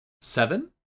Seven